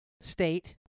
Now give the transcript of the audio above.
state